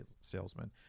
salesman